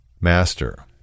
Master